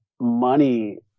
money